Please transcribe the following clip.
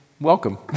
welcome